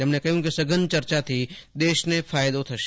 તેમણે કહ્યું કે સઘન ચર્ચાથી દેશને ફાયદો થશે